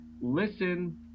listen